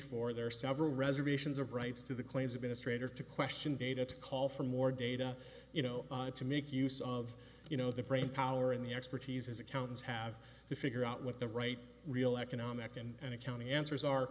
four there are several reservations of rights to the claims administrator to question data to call for more data you know to make use of you know the brainpower in the expertise is accountants have to figure out what the right real economic and accounting answers are